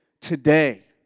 Today